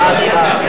ההצעה